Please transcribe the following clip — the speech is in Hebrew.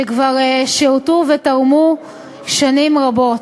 שכבר שירתו ותרמו שנים רבות.